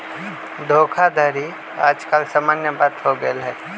धोखाधड़ी याज काल समान्य बात हो गेल हइ